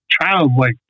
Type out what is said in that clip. childlike